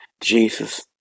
Jesus